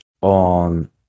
on